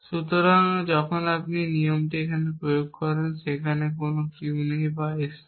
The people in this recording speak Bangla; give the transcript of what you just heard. সুতরাং যখন আপনি এই একই নিয়মটি এখানে প্রয়োগ করেন সেখানে কোন Q নেই এবং S নেই